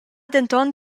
denton